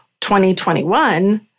2021